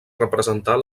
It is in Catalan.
representar